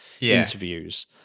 interviews